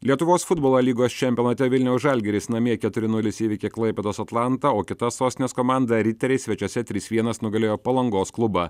lietuvos futbolo lygos čempionate vilniaus žalgiris namie keturi nulis įveikė klaipėdos atlantą o kita sostinės komanda riteriai svečiuose trys vienas nugalėjo palangos klubą